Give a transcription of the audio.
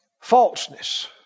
falseness